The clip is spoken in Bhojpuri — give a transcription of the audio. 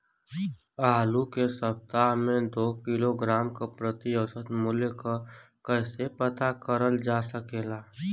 आलू के सप्ताह में दो किलोग्राम क प्रति औसत मूल्य क कैसे पता करल जा सकेला?